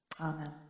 Amen